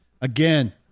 Again